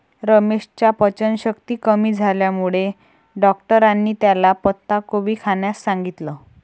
रमेशच्या पचनशक्ती कमी झाल्यामुळे डॉक्टरांनी त्याला पत्ताकोबी खाण्यास सांगितलं